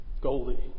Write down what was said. Goldie